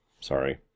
Sorry